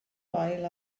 wael